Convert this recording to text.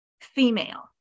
female